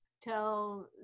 tell